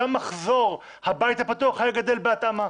גם מחזור הבית הפתוח היה גדל בהתאמה.